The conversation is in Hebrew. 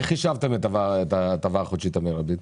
איך חישבתם את ההטבה החודשית המרבית?